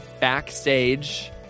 backstage